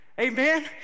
Amen